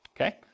okay